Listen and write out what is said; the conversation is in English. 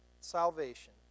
salvation